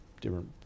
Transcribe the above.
different